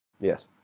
Yes